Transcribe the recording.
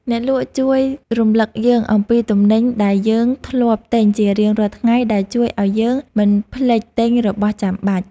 អ្នកលក់ជួយរំលឹកយើងអំពីទំនិញដែលយើងធ្លាប់ទិញជារៀងរាល់ថ្ងៃដែលជួយឱ្យយើងមិនភ្លេចទិញរបស់ចាំបាច់។